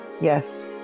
yes